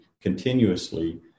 continuously